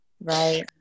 Right